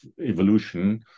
evolution